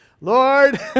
Lord